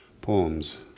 poems